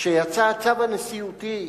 כשיצא הצו הנשיאותי,